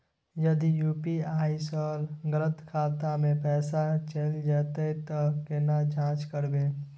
यदि यु.पी.आई स गलत खाता मे पैसा चैल जेतै त केना जाँच करबे?